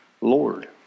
Lord